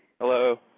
Hello